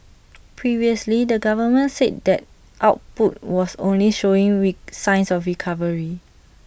previously the government said that output was only showing we signs of recovery